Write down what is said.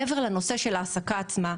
מעבר לנושא של ההעסקה עצמה,